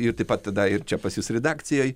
ir taip pat tada ir čia pas jus redakcijoj